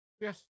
Yes